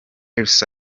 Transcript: cyrus